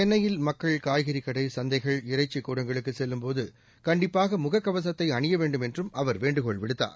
சென்னையில் மக்கள் காய்கறி கடை சந்தைகள் இறைச்சி கூடங்களுக்கு செல்லும்போது கண்டிப்பாக முகக்கவசத்தை அணிய வேண்டும் என்றும் அவர் வேண்டுகோள் விடுத்தார்